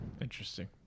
interesting